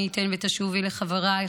מי ייתן ותשובי לחברייך,